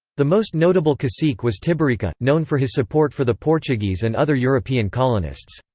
the most notable cacique was tibirica, known for his support for the portuguese and other european colonists.